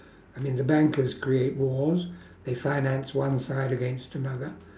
I mean the bankers create wars they finance one side against another